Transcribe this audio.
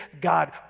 God